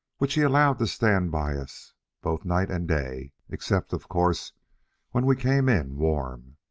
which he allowed to stand by us both night and day, except of course when we came in warm.